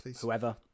whoever